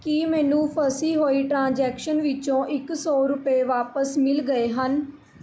ਕੀ ਮੈਨੂੰ ਫਸੀ ਹੋਈ ਟ੍ਰਾਂਜੈਕਸ਼ਨ ਵਿਚੋਂ ਇੱਕ ਸੌ ਰੁਪਏ ਵਾਪਸ ਮਿਲ ਗਏ ਹਨ